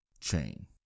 chain